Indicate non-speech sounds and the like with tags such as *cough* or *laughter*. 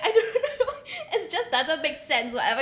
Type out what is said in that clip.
I do not know *laughs* it just doesn't make sense whatever